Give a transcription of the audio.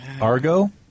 Argo